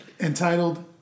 entitled